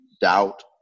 doubt